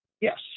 Yes